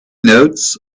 notes